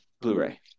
Blu-ray